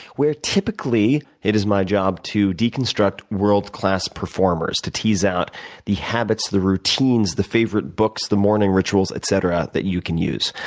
where typically, it is my job to deconstruct world-class performers, to tease out the habits, the routines, the favorite books, the morning rituals, etc, that you can use.